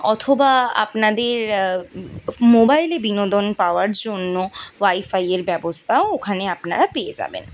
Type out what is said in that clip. অথবা আপনাদের মোবাইলে বিনোদন পাওয়ার জন্য ওয়াইফাইয়ের ব্যবস্তাও ওখানে আপনারা পেয়ে যাবেন